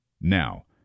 Now